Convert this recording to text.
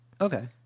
Okay